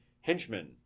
henchmen